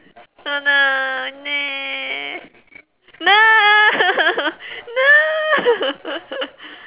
oh no no no no